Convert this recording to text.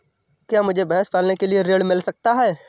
क्या मुझे भैंस पालने के लिए ऋण मिल सकता है?